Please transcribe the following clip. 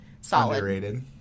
solid